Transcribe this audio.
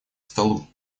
столу